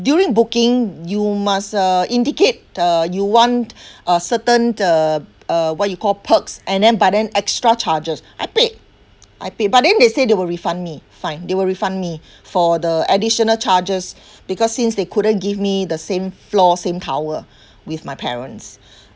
during booking you must uh indicate uh you want a certain uh uh what you call perks and then but then extra charges I paid I paid but then they say they will refund me fine they will refund me for the additional charges because since they couldn't give me the same floor same tower with my parents